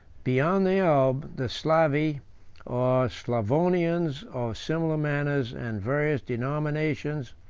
beyond the elbe, the slavi, or sclavonians, of similar manners and various denominations,